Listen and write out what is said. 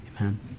Amen